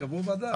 קבעו ועדה.